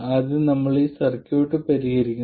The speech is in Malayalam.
ആദ്യം നമ്മൾ ഈ സർക്യൂട്ട് പരിഹരിക്കുന്നു